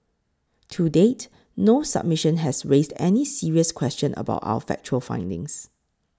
to date no submission has raised any serious question about our factual findings